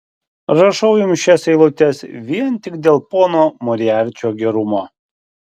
rašau jums šias eilutes vien tik dėl pono moriarčio gerumo